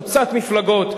חוצת מפלגות,